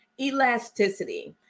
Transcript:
Elasticity